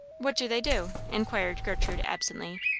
what do they do? inquired gertrude absently.